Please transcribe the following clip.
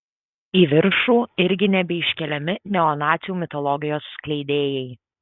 į viršų irgi nebeiškeliami neonacių mitologijos skleidėjai